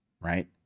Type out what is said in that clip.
right